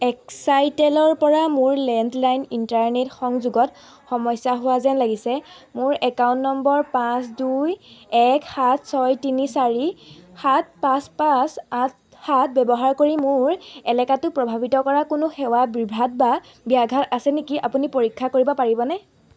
এক্সাইটেলৰ পৰা মোৰ landline internet সংযোগত সমস্যা হোৱা যেন লাগিছে মোৰ একাউণ্ট নম্বৰ পাঁচ দুই এক সাত ছয় তিনি চাৰি সাত পাঁচ পাঁচ আঠ সাত ব্যৱহাৰ কৰি মোৰ এলেকাটো প্ৰভাৱিত কৰা কোনো সেৱা বিভ্ৰাট বা ব্যাঘাত আছে নেকি আপুনি পৰীক্ষা কৰিব পাৰিবনে